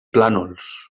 plànols